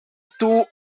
two